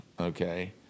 okay